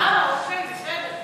אה, בסדר.